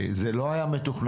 אז אני מנסה להבין,